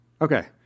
Okay